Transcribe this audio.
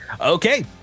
Okay